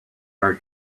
our